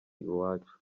iwacu